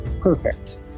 Perfect